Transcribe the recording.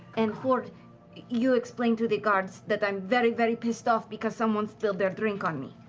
and fjord, you explain to the guards that i'm very very pissed off because someone spilled their drink on me.